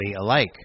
alike